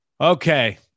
Okay